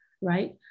right